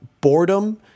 boredom